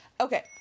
Okay